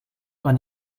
man